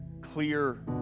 clear